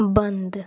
बंद